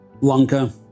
Lanka